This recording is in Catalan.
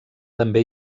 també